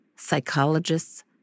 psychologists